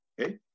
okay